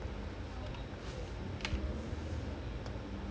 எந்த எந்த:entha entha team leh வந்த அவன்:vantha avan brazilian league ah